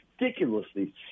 ridiculously